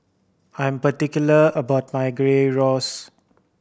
I'm particular about my Gyros